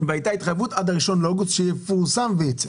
והייתה התחייבות שעד ה-1 באוגוסט שיפורסם וייצא.